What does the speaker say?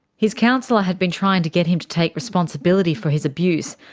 his counsellor had been trying to get him to take responsibility for his abuse,